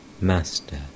Master